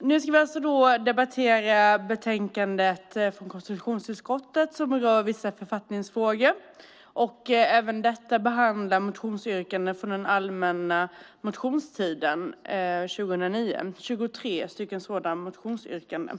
Nu ska vi debattera betänkandet från konstitutionsutskottet som berör vissa författningsfrågor. Även i detta betänkande behandlas motionsyrkanden från den allmänna motionstiden 2009 - 23 stycken sådana motionsyrkanden.